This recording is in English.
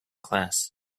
class